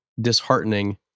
disheartening